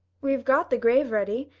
we've got the grave ready.